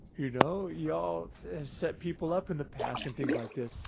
you know, y'all set people up in the past and things like this.